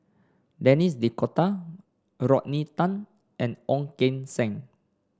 Denis D'Cotta Rodney Tan and Ong Keng Sen